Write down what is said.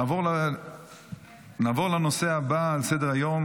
נעבור לנושא הבא על סדר-היום,